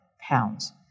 pounds